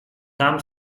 tam